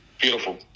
Beautiful